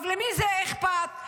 למי זה אכפת?